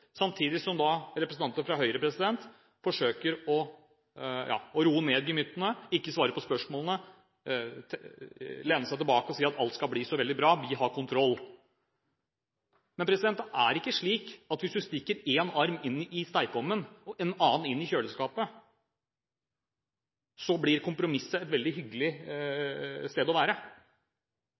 samtidig som representanter fra Høyre forsøker å roe ned gemyttene, ikke svare på spørsmålene, lene seg tilbake og si at alt skal bli så veldig bra, vi har kontroll. Men det er ikke slik at hvis man stikker en arm inn i stekeovnen og en annen inn i kjøleskapet, blir kompromisset at det blir et veldig hyggelig sted å være.